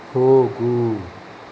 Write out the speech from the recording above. ಹೋಗು